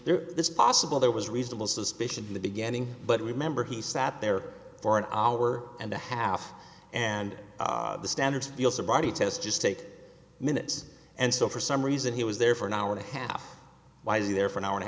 there's this possible there was reasonable suspicion in the beginning but remember he sat there for an hour and a half and the standard feel sobriety test just take minutes and so for some reason he was there for an hour and a half why is he there for an hour and a